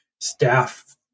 staff